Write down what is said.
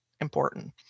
important